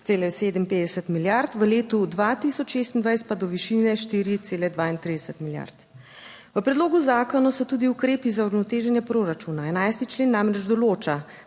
4,57 milijard, v letu 2026 pa do višine 4,32 milijard. V predlogu zakona so tudi ukrepi za uravnoteženje proračuna, 11. člen namreč določa,